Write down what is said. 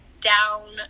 Down